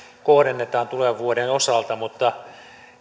kohdennetaan tulevan vuoden osalta mutta